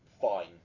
fine